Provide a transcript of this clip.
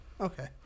okay